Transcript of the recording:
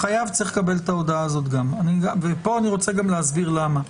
גם החייב צריך לקבל את ההודעה הזאת ו כאן אני רוצה להסביר למה.